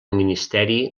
ministeri